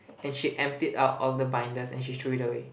and she emptied out all the binders and she threw it away